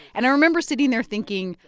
and i remember sitting there thinking,